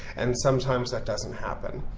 and sometimes, that doesn't happen.